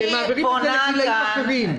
הם מעבירים את זה לגילאים אחרים.